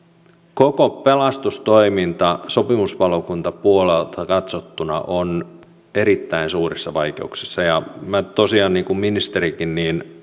koko pelastustoiminta sopimuspalokuntapuolelta katsottuna on erittäin suurissa vaikeuksissa ja minä tosiaan niin kuin ministerikin